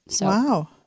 Wow